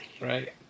right